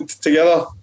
Together